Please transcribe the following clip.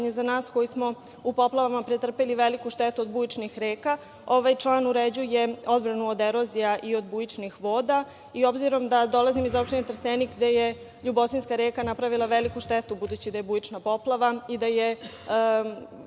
za nas koji smo u poplavama pretrpeli veliku štetu od bujičnih reka, ovaj član uređuje odbranu od erozija i od bujičnih voda. Obzirom da dolazim iz opštine Trstenik gde je LJubostinjska reka na pravila veliku štetu, budući da je bujična poplava i da je